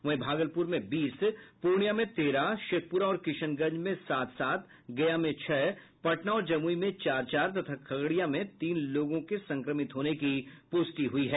वहीं भागलपुर में बीस पूर्णिया में तेरह शेखपुरा और किशनगंज में सात सात गया में छह पटना और जमुई में चार चार तथा खगड़िया में तीन लोगों के संक्रमित होने की पुष्टि हुई है